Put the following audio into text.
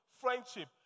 friendship